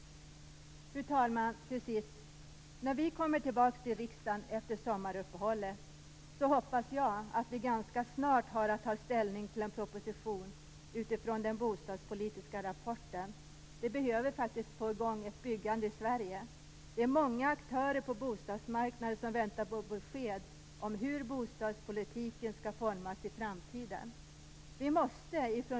Fru talman! När vi kommer tillbaka till riksdagen efter sommaruppehållet hoppas jag att vi ganska snart har att ta ställning till en proposition utifrån den bostadspolitiska rapporten. Vi behöver faktiskt få i gång ett byggande i Sverige. Många aktörer på bostadsmarknaden väntar på besked om hur bostadspolitiken skall formas i framtiden.